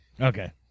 Okay